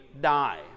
die